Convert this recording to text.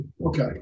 Okay